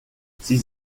six